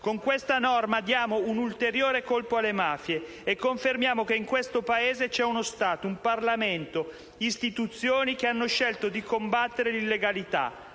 Con questa norma diamo un ulteriore colpo alle mafie e confermiamo che in questo Paese c'è uno Stato, un Parlamento, istituzioni che hanno scelto di combattere l'illegalità,